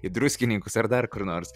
į druskininkus ar dar kur nors